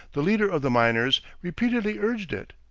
the leader of the miners, repeatedly urged it.